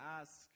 ask